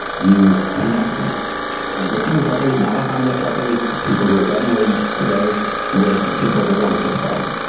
you connect existing truckers, not autonomous truckers, people who are driving rigs today with people that want to ship stuff.